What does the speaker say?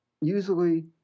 Usually